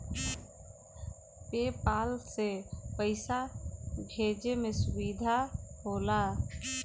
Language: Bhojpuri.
पे पाल से पइसा भेजे में सुविधा होला